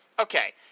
okay